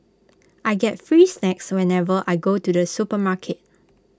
I get free snacks whenever I go to the supermarket